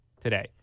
today